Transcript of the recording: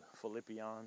Philippians